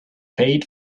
paid